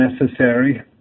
necessary